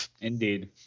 Indeed